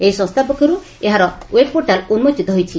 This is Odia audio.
ଏହି ସଂସ୍ଥା ପକ୍ଷରୁ ଏହାର ଓ୍ୱେବ୍ ପୋର୍ଟାଲ୍ ଉନ୍କୋଚିତ ହୋଇଛି